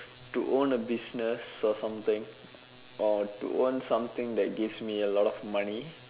to own a business or something or to own something that gives me a lot of money